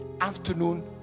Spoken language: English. afternoon